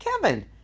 Kevin